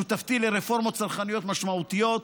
שותפתי לרפורמות צרכניות משמעותיות,